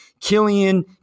Killian